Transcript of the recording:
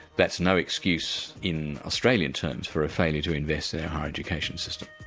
that's no excuse in australian terms for a failure to invest in our higher education system.